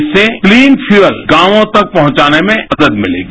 इससे clean fuel गांवों तक पहुंचाने में मदद मिलेगी